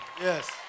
Yes